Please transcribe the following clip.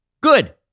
good